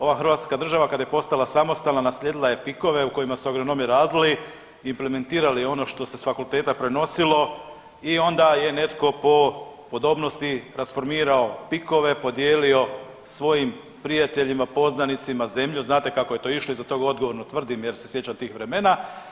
Ova Hrvatska država kad je postala samostalna naslijedila je PIK-ove u kojima su agronomi radili i implementirali ono što se s fakulteta prenosilo i onda je netko po podobnosti rasformirao PIK-ove podijelio svojim prijateljima, poznanicima zemlju, znate kako je to išlo i za to odgovorno tvrdim jer se sjećam tih vremena.